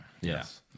Yes